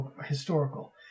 historical